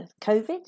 COVID